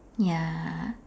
ya